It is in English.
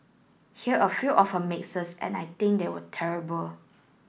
hear a few of her mixes and I think they were terrible